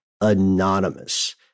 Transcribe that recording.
anonymous